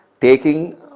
taking